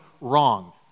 wrong